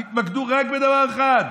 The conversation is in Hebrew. תתמקדו רק בדבר אחד: